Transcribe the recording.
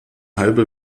halbe